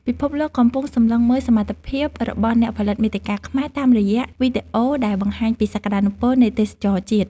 ពិភពលោកកំពុងសម្លឹងមើលសមត្ថភាពរបស់អ្នកផលិតមាតិកាខ្មែរតាមរយៈវីដេអូដែលបង្ហាញពីសក្តានុពលនៃទេសចរណ៍ជាតិ។